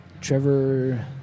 Trevor